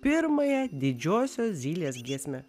pirmąją didžiosios zylės giesmę